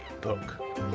book